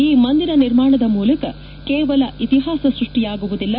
ಈ ಮಂದಿರ ನಿರ್ಮಾಣದ ಮೂಲಕ ಕೇವಲ ಇತಿಹಾಸ ಸೃಷ್ಷಿಯಾಗುವುದಿಲ್ಲ